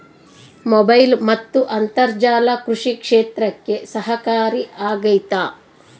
Mobile ಮತ್ತು ಅಂತರ್ಜಾಲ ಕೃಷಿ ಕ್ಷೇತ್ರಕ್ಕೆ ಸಹಕಾರಿ ಆಗ್ತೈತಾ?